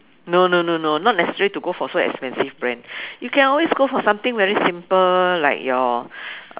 no no no no not necessary to go for so expensive brand you can always go for something very simple like your